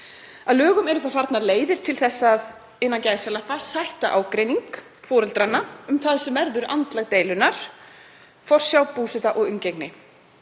Að lögum eru farnar leiðir til þess að „sætta ágreining“ foreldranna um það sem verður andlag deilunnar, forsjá, búseta og umgengni.